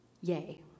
Yay